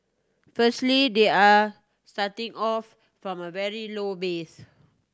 firstly they are starting off from a very low base